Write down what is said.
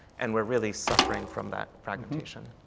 and we're really suffering from that fragmentation.